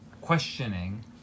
questioning